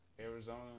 Arizona